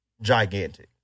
gigantic